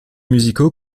musicaux